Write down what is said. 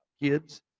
kids